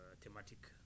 thematic